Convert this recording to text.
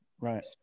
right